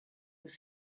were